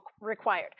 required